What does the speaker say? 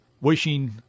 wishing